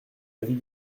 avis